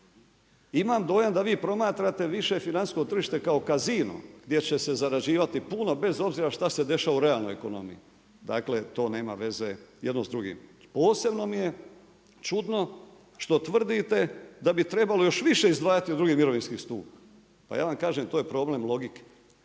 Imam dojam da vi promatrate više financijsko tržište kao kasino gdje će se zarađivati puno bez obzira šta se dešava u realnoj ekonomiji. Dakle, to nema veze jedno s drugim. Posebno mi je čudno što tvrdite da bi trebalo još više izdvajati u drugi mirovinski stup. Pa ja vam kažem to je problem logike.